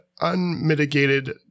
unmitigated